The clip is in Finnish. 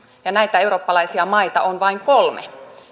ja näitä eurooppalaisia maita on vain kolme